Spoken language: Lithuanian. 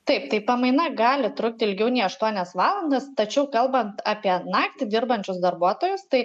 taip tai pamaina gali trukti ilgiau nei aštuonias valandas tačiau kalbant apie naktį dirbančius darbuotojus tai